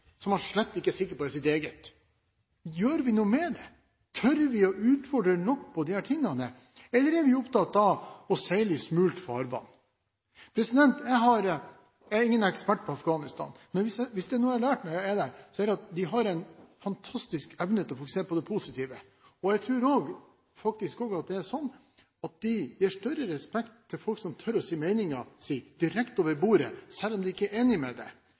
som han slett ikke er sikker på er hans eget? Gjør vi noe med det? Tør vi å utfordre nok på disse tingene? Eller er vi opptatt av å seile i smult farvann? Jeg er ingen ekspert på Afghanistan, men hvis det er noe jeg har lært når jeg har vært der, er det at de har en fantastisk evne til å fokusere på det positive. Jeg tror faktisk også det er sånn at de gir større respekt til folk som tør å si meningen sin direkte over bordet, selv om de ikke er enig,